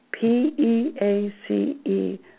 P-E-A-C-E